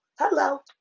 Hello